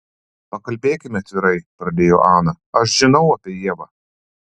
pakalbėkime atvirai pradėjo ana aš žinau apie ievą